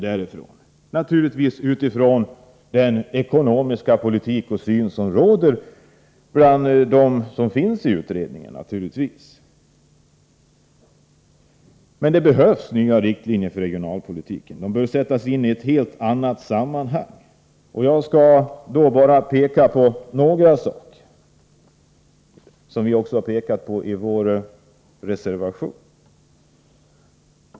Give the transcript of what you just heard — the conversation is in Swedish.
Det färgas naturligtvis av den syn på den ekonomiska politiken som råder bland utredningens ledamöter. Det behövs nya riktlinjer för regionalpolitiken och de bör sättas in i ett helt annat sammanhang. Jag skall peka på några saker, som vi har framhållit också i vår reservation.